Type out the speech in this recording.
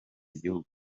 igihugu